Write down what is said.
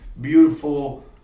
beautiful